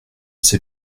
sais